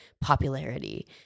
popularity